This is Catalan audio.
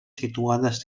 situades